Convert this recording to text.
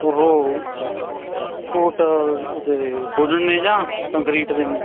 ਓਹੋ ਕੋਟ ਉਹਦੇ ਵੁਡਨ ਨੇ ਜਾਂ ਕੰਕਰੀਟ ਦੇ ਨੇ